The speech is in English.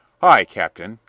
hi, captain!